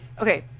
okay